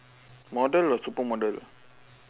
model or supermodel